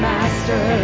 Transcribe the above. Master